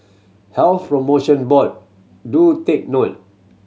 Health Promotion Board do take note